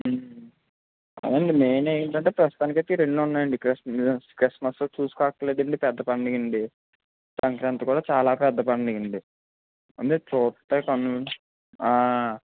అవునండీ మెయిన్ ఏంటంటే ప్రస్తుతానికి అయితే ఈ రెండూ ఉన్నాయండి క్రిష్ట్ క్రిష్ట్మస్సు చూస్కోక్కర్లేదండి పెద్ద పండగండి సంక్రాంతి కూడా చాలా పెద్ద పండగండి మీరు చూస్తే